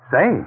Say